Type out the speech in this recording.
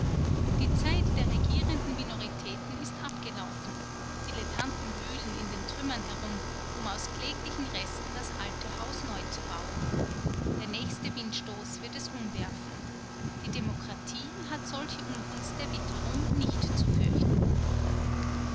die zeit der regierenden minoritäten ist abgelaufen dilettanten wühlen in den trümmern herum um aus kläglichen resten das alte haus neu zu bauen der nächste windstoß wird es umwerfen die demokratie hat solche ungunst der witterung nicht zu fürchten